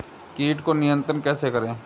कीट को नियंत्रण कैसे करें?